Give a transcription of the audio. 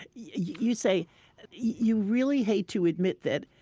you say you really hate to admit that,